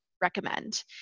recommend